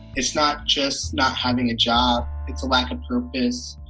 it's not just not having a job. it's a lack of purpose.